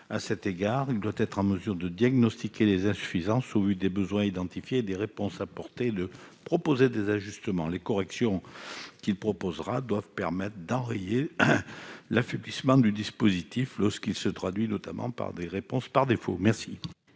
À cet égard, il doit être en mesure de diagnostiquer les insuffisances, et, au vu des besoins identifiés et des réponses apportées, de proposer des ajustements. Les corrections qu'il préconisera doivent permettre d'enrayer l'affaiblissement du dispositif, lorsqu'il se traduit notamment par des réponses par défaut. La